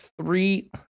three